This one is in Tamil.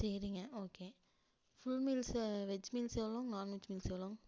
சரிங்க okay full meals veg meals எவ்வளோ நான்வெஜ் மீல்ஸ் எவ்வளோ